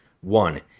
One